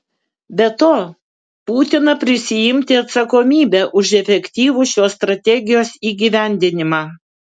be to būtina prisiimti atsakomybę už efektyvų šios strategijos įgyvendinimą